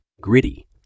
gritty